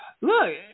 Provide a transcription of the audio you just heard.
look